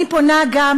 אני פונה גם